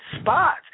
spots